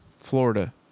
Florida